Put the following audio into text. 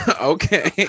okay